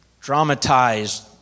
dramatized